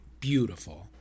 beautiful